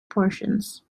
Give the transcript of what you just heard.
portions